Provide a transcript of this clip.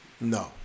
No